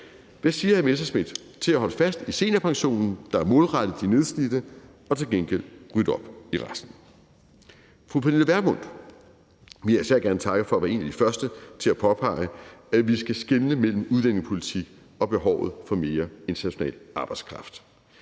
Hvad siger hr. Morten Messerschmidt til at holde fast i seniorpensionen, der er målrettet de nedslidte og til gengæld rydde op i resten? Fru Pernille Vermund vil jeg især gerne takke for at være en af de første til at påpege, at vi skal skelne mellem udlændingepolitik og behovet for mere international arbejdskraft.